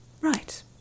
Right